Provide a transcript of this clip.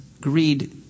greed